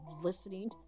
listening